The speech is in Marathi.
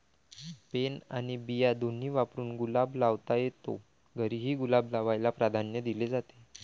पेन आणि बिया दोन्ही वापरून गुलाब लावता येतो, घरीही गुलाब लावायला प्राधान्य दिले जाते